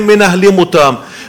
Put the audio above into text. הם מנהלים אותם,